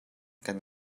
kan